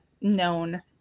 known